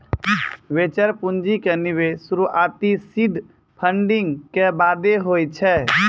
venture पूंजी के निवेश शुरुआती सीड फंडिंग के बादे होय छै